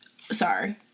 Sorry